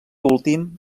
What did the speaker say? últim